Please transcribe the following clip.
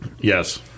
Yes